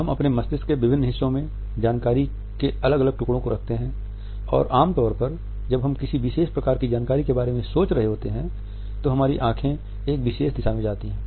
हम अपने मस्तिष्क के विभिन्न हिस्सों में जानकारी के अलग अलग टुकड़ो को रखते हैं और आमतौर पर जब हम किसी विशेष प्रकार की जानकारी के बारे में सोच रहे होते हैं तो हमारी आँखें एक विशेष दिशा में जाती हैं